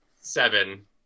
Seven